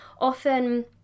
Often